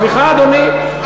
סליחה, אדוני.